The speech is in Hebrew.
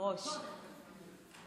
היא